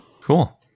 Cool